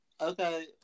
Okay